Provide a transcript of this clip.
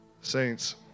Saints